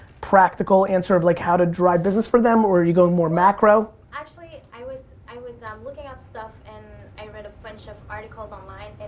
practical answer of like how to drive business for them, or are you going more macro? actually, i was i was ah um looking up stuff and i read a bunch of articles online.